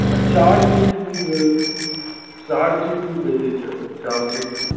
हा chart sheet बि chart sheet बि भेजे छॾियो चार्ट शीट बि